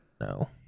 No